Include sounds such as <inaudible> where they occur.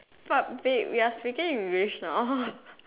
but babe we are speaking English now <laughs>